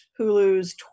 Hulu's